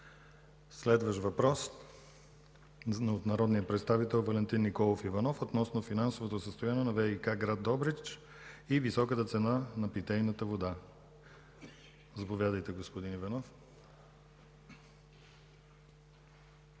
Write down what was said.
Следващият въпрос е от народния представител Валентин Николов Иванов относно финансовото състояние на ВиК – град Добрич, и високата цена на питейната вода. Заповядайте, господин Иванов.